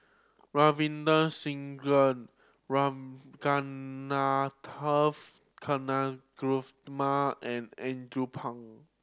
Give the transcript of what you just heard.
Ravinder Singh Ragunathar Kanagasuntheram and Andrew Phang